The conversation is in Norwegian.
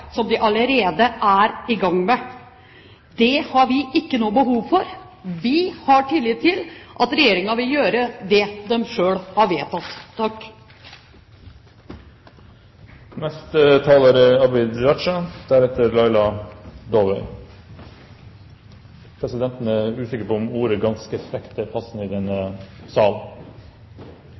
som den allerede er i gang med. Det har vi ikke noe behov for. Vi har tillit til at Regjeringen vil gjøre det den selv har vedtatt. Presidenten er usikker på om uttrykket «ganske frekt» er passende i denne salen. Jeg er